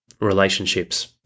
relationships